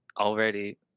already